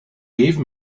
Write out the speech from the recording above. gave